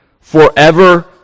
forever